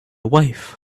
wife